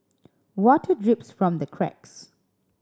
water drips from the cracks